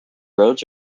roads